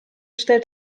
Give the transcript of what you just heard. stellt